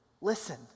Listen